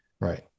right